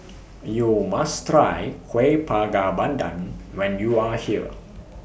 YOU must Try Kueh Bakar Pandan when YOU Are here